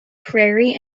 prairie